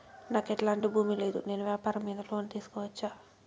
నాకు ఎట్లాంటి భూమి లేదు నేను వ్యాపారం మీద లోను తీసుకోవచ్చా?